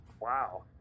wow